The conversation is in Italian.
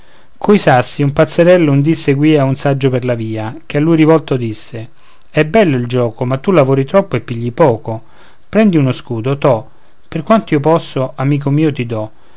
coi sassi un pazzerello un dì seguia un saggio per la via che a lui rivolto disse è bello il gioco ma tu lavori troppo e pigli poco prendi uno scudo to per quanto io